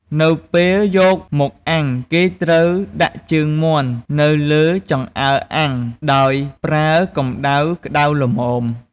នៅពេលយកមកអាំងគេត្រូវដាក់ជើងមាន់នៅលើចង្អើរអាំងដោយប្រើកំម្តៅក្តៅល្មម។